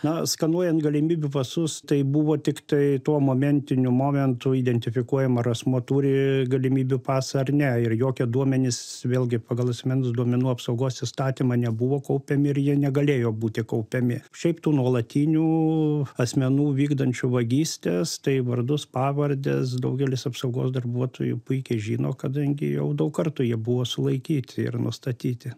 na skanuojant galimybių pasus tai buvo tiktai tuo momentiniu momentu identifikuojama ar asmuo turi galimybių pasą ar ne ir jokie duomenys vėlgi pagal asmens duomenų apsaugos įstatymą nebuvo kaupiami ir jie negalėjo būti kaupiami šiaip tų nuolatinių asmenų vykdančių vagystes tai vardus pavardes daugelis apsaugos darbuotojų puikiai žino kadangi jau daug kartų jie buvo sulaikyti ir nustatyti